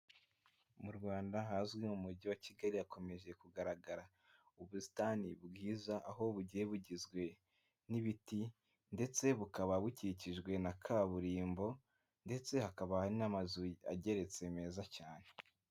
Mu Rwanda ahazwi nko mu mujyi wa Kigali hakomeje kugaragara ubusitani bwiza, aho bugiye bugizwe n'ibiti ndetse bukaba bukikijwe na kaburimbo ndetse hakaba hari n'amazu ageretse meza cyane.